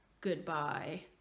goodbye